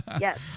Yes